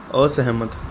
ਅਸਹਿਮਤ